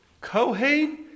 Kohen